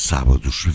Sábados